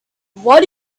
what